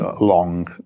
long